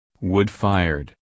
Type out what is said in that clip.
Wood-fired